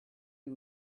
you